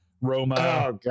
Roma